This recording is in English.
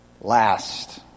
Last